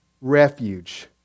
refuge